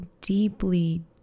deeply